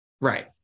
Right